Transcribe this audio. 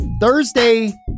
Thursday